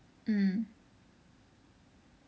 mm